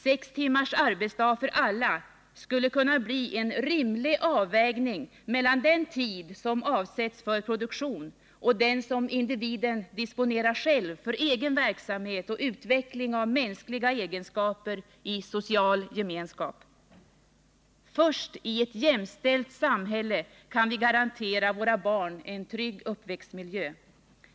Sex timmars arbetsdag för alla skulle kunna bli en rimlig avvägning mellan den tid som avsätts för produktion och den som individen disponerar själv för egen verksamhet och utveckling av mänskliga egenskaper i social gemenskap. Först i ett jämställt samhälle kan vi garantera våra barn en trygg uppväxtmiljö.